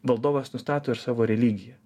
valdovas nustato ir savo religiją